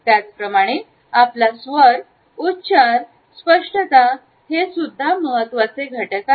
त्याचप्रमाणे आपला स्वर उच्चार स्पष्टता हेसुद्धा महत्त्वाचे घटक आहेत